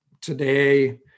today